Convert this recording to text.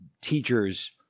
teachers